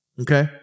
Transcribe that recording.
okay